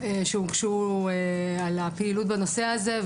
שהוגשו על הפעילות בנושא הזה,